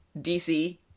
DC